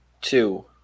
two